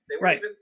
Right